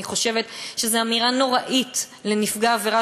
אני חושבת שזו אמירה נוראית לנפגע עבירה